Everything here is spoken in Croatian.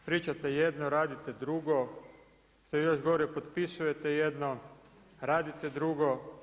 Pričate jedno, a radite dugo, te još gore, potpisujete jedno, radite drugo.